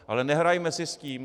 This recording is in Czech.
Ale nehrajme si s tím.